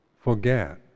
forget